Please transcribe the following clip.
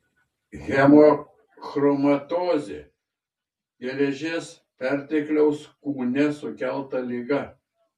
hemochromatozė geležies pertekliaus kūne sukelta liga